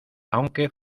aunque